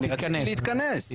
אני רציתי להתכנס.